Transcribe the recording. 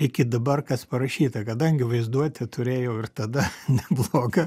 iki dabar kas parašyta kadangi vaizduotę turėjau ir tada neblogą